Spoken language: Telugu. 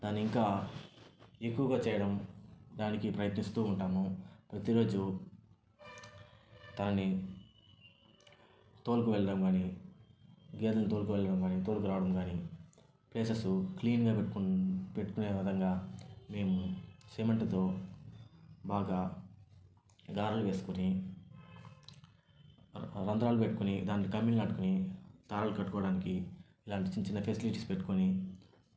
దాన్ని ఇంకా ఎక్కువగా చేయడం దానికి ప్రయత్నిస్తూ ఉంటాము ప్రతిరోజు దాన్ని తోలుకు వెళ్లడం కాని గేదెలు తోలుకొని వెళ్లడం కాని తోలుకొని రావడం కానీ ప్లేసెస్ క్లీన్గా పెట్టుకొని పెట్టుకునే విధంగా మేము సిమెంట్తో బాగా గారెలు వేసుకొని రంధ్రాలు పెట్టుకుని దాంట్లో కమ్మీలు నాటుకొని తాడులు కట్టుకోవడానికి ఇలాంటి చిన్నచిన్న ఫెసిలిటీస్ పెట్టుకొని